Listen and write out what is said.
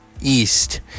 east